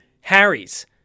Harry's